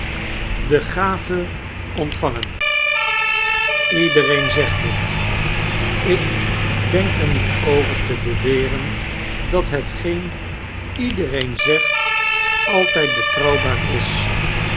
de gave ontvangen ledereen zegt het ik denk er niet over te beweren dat hetgeen iedeieen zegt altijd betrouwbaar is